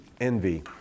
envy